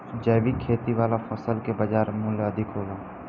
जैविक खेती वाला फसल के बाजार मूल्य अधिक होला